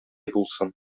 булсын